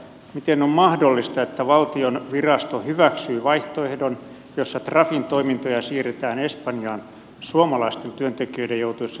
miten on mahdollista että valtion virasto hyväksyy vaihtoehdon jossa trafin toimintoja siirretään espanjaan suomalaisten työntekijöiden joutuessa työttömiksi